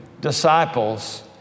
disciples